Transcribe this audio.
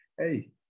hey